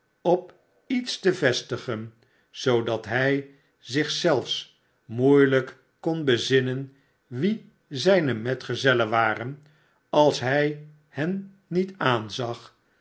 op iets te vestigen zoodat hij zich zelfs moeielijk kon bezinnen wie zijne metgezellen waren als hij hen niet aanzag